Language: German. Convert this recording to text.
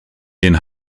den